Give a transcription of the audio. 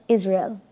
Israel